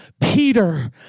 Peter